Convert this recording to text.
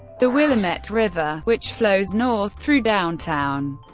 the willamette river, which flows north through downtown,